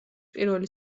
პირველი